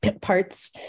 parts